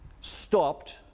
stopped